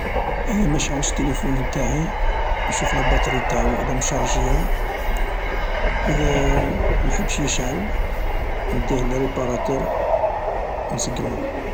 اذا مشعلش التيليفون انتاعي نشوف لاباطري انتاعو اذا مشارجية و اذا محبش يشعل نديه لريباراتور نيفو.